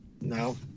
No